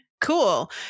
cool